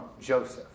Joseph